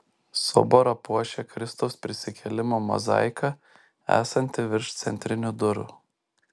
soborą puošia kristaus prisikėlimo mozaika esanti virš centrinių durų